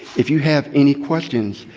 if you have any questions,